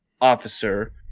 officer